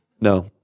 No